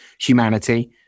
humanity